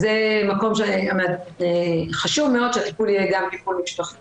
זה המקום שחשוב מאוד שהטיפול מאוד יהיה גם טיפול משפחתי.